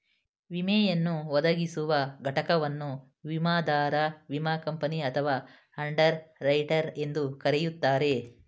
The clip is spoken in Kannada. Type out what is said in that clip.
ವಿಮೆಯನ್ನು ಒದಗಿಸುವ ಘಟಕವನ್ನು ವಿಮಾದಾರ ವಿಮಾ ಕಂಪನಿ ಅಥವಾ ಅಂಡರ್ ರೈಟರ್ ಎಂದು ಕರೆಯುತ್ತಾರೆ